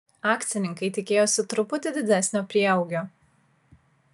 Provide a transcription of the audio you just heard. akcininkai tikėjosi truputį didesnio prieaugio